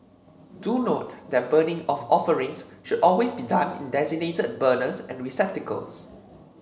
do note that burning of offerings should always be done in designated burners and receptacles